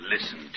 listen